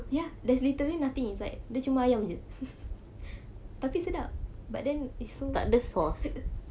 ya that's literally nothing inside dia cuma ayam saja tapi sedap but then it's so